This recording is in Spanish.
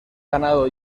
ganado